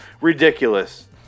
Ridiculous